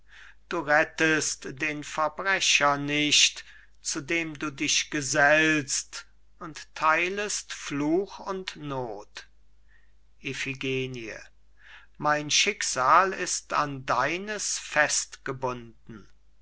du rettest den verbrecher nicht zu dem du dich gesellst und theilest fluch und noth iphigenie mein schicksal ist an deines